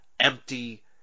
Empty